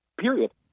period